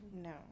No